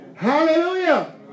Hallelujah